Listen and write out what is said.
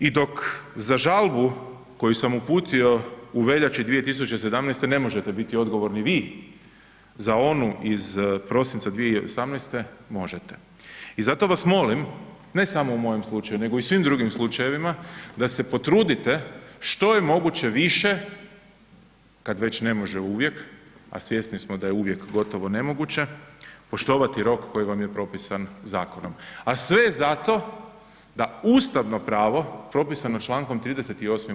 I dok za žalbu koju sam uputio u veljači 2017. ne možete biti odgovorni vi, za onu iz prosinca 2018. možete i zato vas molim, ne samo u mojem slučaju, nego i u svim drugim slučajevima, da se potrudite što je moguće više, kad već ne može uvijek, a svjesni smo da je uvijek gotovo nemoguće, poštovati rok koji vam je propisan zakonom, a sve je zato da ustavno pravo propisano čl. 38.